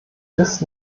ist